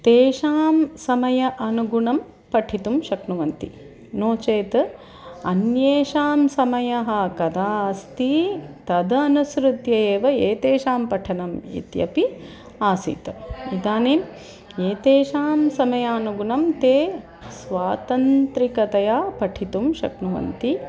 तेषां समयम् अनुगुणं पठितुं शक्नुवन्ति नो चेत् अन्येषां समयः कदा अस्ति तदनुसृत्य एव एतेषां पठनम् इत्यपि आसीत् इदानीम् एतेषां समयानुगुणं ते स्वातन्त्रिकतया पठितुं शक्नुवन्ति